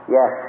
Yes